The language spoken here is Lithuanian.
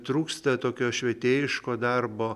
trūksta tokio švietėjiško darbo